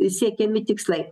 siekiami tikslai